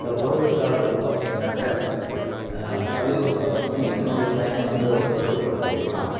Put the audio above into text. இந்த கோவிட் காலத்தில் பார்த்திங்கனாக்க பள்ளிக்கூடத்துக்கு பார்த்தனா என்னுடைய பையனை வந்து பிளஸ் டூ படித்துட்டு இருந்தான்